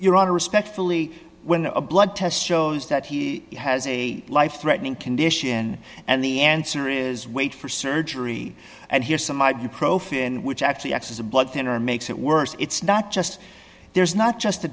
your honor respectfully when a blood test shows that he has a life threatening condition and the answer is wait for surgery and hear some ibuprofen which actually acts as a blood thinner makes it worse it's not just there's not just a